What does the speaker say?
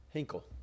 Hinkle